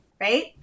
right